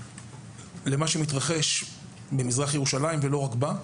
למה שמתרחש במזרח ירושלים ולא רק שם,